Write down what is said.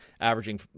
averaging